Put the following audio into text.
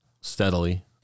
steadily